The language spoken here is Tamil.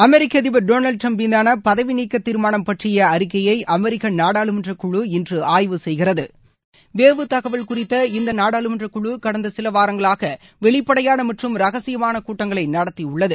அமெரிக்க அதிபர் டொனால்டு டிரம்ப் மீதான பதவிநீக்க தீர்மான பற்றிய விசாரணை குறித்த அறிக்கையை அமெரிக்க நாடாளுமன்ற குழு இன்று ஆய்வு செய்கிறது வேவு தகவல் குறித்த இந்த நாடாளுமன்ற குழு கடந்த சில வாரங்களாக வெளிப்படையான மற்றம் ரகசியமான கூட்டங்களை நடத்தியுள்ளது